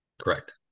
Correct